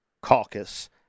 caucus